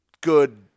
good